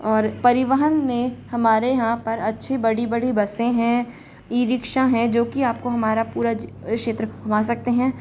और परिवहन में हमारे यहाँ पर अच्छी बड़ी बड़ी बसे हैं ई रिक्शा हैं जो कि आपको हमारा पूरा जि क्षेत्र घूमा सकते हैं